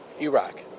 Iraq